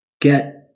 Get